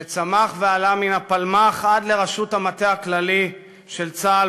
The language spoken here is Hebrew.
שצמח ועלה מהפלמ"ח עד לראשות המטה הכללי של צה"ל,